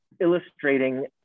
illustrating